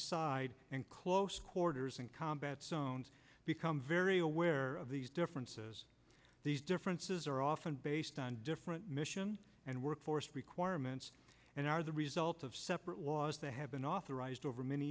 side in close quarters and combat sones become very aware of these differences these differences are often based on different mission and workforce requirements and are the result of separate laws they have been authorized over many